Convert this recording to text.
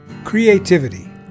Creativity